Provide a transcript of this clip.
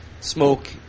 smoke